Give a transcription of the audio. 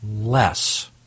less